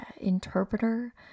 interpreter